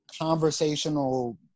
conversational –